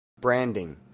Branding